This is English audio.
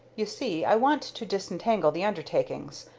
you see i want to disentangle the undertakings,